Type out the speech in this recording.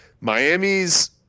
Miami's